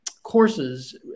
courses